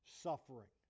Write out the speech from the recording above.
suffering